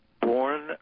born